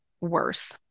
worse